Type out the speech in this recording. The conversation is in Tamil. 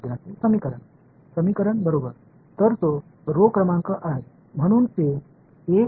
மாணவர்சமன்பாடு சமன்பாடு சரிதானே அதனால் அது வரிசை எண்